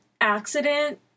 accident